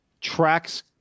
tracks